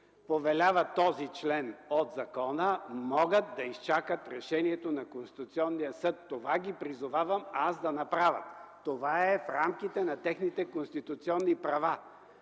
повелява този член от закона, могат да изчакат решението на Конституционния съд. Това ги призовавам да направят. Това е в рамките на техните конституционни права.